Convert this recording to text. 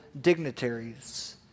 dignitaries